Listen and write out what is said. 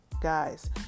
guys